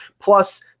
Plus